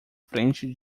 frente